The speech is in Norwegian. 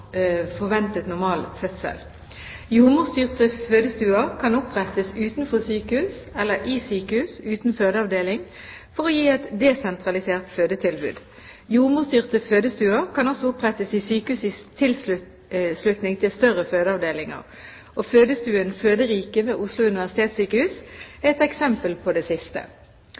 forventet normal fødsel. Jordmorstyrte fødestuer kan opprettes utenfor sykehus eller i sykehus uten fødeavdeling for å gi et desentralisert fødetilbud. Jordmorstyrte fødestuer kan også opprettes i sykehus i tilslutning til større fødeavdelinger. Fødestuen Føderiket ved Oslo universitetssykehus er et eksempel på det siste.